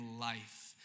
life